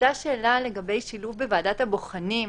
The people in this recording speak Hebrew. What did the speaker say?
עלתה השאלה לגבי שילוב בוועדת הבוחנים.